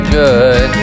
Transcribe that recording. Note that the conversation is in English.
good